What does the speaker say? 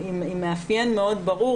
עם מאפיין מאוד ברור,